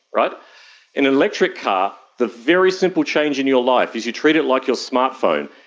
but in an electric car, the very simple change in your life is you treat it like your smart phone.